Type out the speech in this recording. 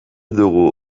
duzu